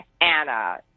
Anna